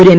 ഒരു എം